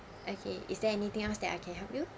okay is there anything else that I help you